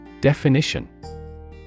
Definition